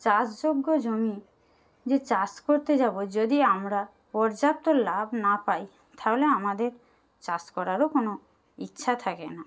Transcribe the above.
চাষযোগ্য জমি যে চাষ করতে যাবো যদি আমরা পর্যাপ্ত লাভ না পাই তাহলে আমাদের চাষ করারও কোনো ইচ্ছা থাকে না